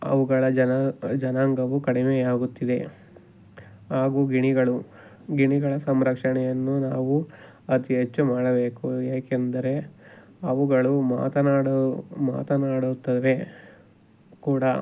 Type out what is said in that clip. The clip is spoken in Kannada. ಅವುಗಳ ಜನ ಜನಾಂಗವು ಕಡಿಮೆಯಾಗುತ್ತಿದೆ ಹಾಗೂ ಗಿಣಿಗಳು ಗಿಣಿಗಳ ಸಂರಕ್ಷಣೆಯನ್ನು ನಾವು ಅತಿ ಹೆಚ್ಚು ಮಾಡಬೇಕು ಏಕೆಂದರೆ ಅವುಗಳು ಮಾತನಾಡು ಮಾತನಾಡುತ್ತವೆ ಕೂಡ